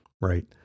right